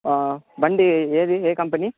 బండి ఏది ఏ కంపెనీ